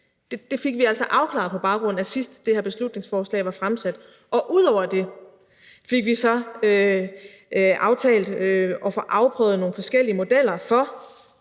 Det fik vi altså afklaret, sidst det her beslutningsforslag var fremsat. Ud over det fik vi så aftalt at få afprøvet nogle forskellige modeller for